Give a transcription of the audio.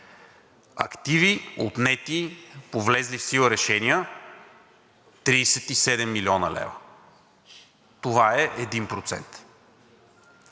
активи, отнети по влезли в сила решения – 37 млн. лв. Това е 1%.